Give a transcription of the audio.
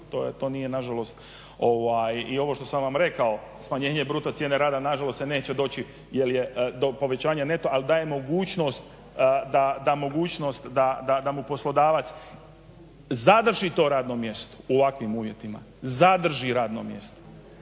To nije nažalost i ovo što sam vam rekao smanjenje bruto cijene rada nažalost neće doći do povećanja neto, ali daje mogućnost da mogućnost da mu poslodavac zadrži to radno mjesto u ovakvim uvjetima, zadrži radno mjesto.